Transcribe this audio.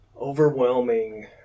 overwhelming